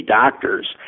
doctors